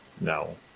No